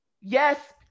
Yes